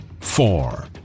four